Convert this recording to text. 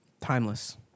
Timeless